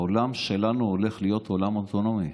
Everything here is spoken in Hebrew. העולם שלנו הולך להיות עולם אוטונומי.